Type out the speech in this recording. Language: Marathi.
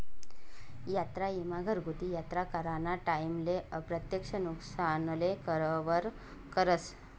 यात्रा ईमा घरगुती यात्रा कराना टाईमले अप्रत्यक्ष नुकसानले कवर करस